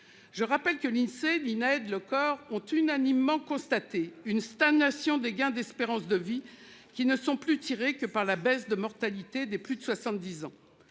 Je rappelle que l'Insee ni INED le corps ont unanimement, constaté une stagnation des gains d'espérance de vie qui ne sont plus tirés que par la baisse de mortalité des plus de 70 ans.